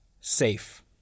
Safe